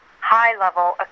high-level